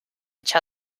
each